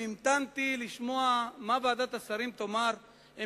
שהמתנתי לשמוע מה ועדת השרים תאמר בדיון בוועדת השרים,